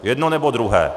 Jedno, nebo druhé.